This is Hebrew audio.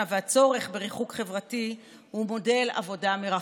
והצורך בריחוק חברתי הוא מודל עבודה מרחוק,